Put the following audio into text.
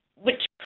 which